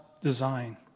design